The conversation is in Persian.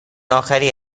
آخری